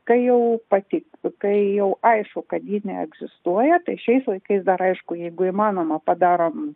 kai jau pati sakai jau aišku kad ji neegzistuoja tai šiais laikais dar aišku jeigu įmanoma padarom